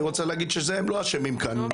אני רוצה להגיד שהם לא אשמים כאן,